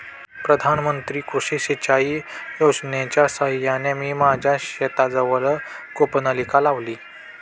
प्रधानमंत्री कृषी सिंचाई योजनेच्या साहाय्याने मी माझ्या शेताजवळ कूपनलिका लावली